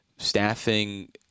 Staffing